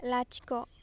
लाथिख'